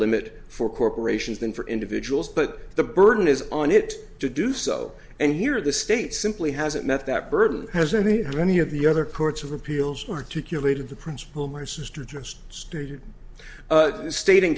limit for corporations than for individuals but the burden is on it to do so and here the state simply hasn't met that burden has any how many of the other courts of appeals articulated the principle my sister just stated